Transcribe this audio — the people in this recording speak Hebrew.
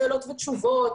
שאלות ותשובות,